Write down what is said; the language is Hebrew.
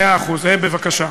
מאה אחוז, בבקשה.